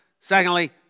Secondly